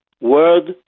world